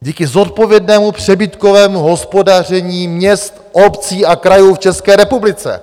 Díky zodpovědnému přebytkovému hospodaření měst, obcí a krajů v České republice.